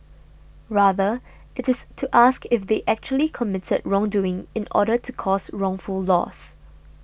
rather it is to ask if they actually committed wrongdoing in order to cause wrongful loss